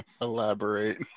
Elaborate